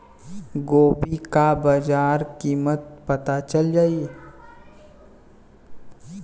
गोभी का बाजार कीमत पता चल जाई?